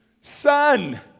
son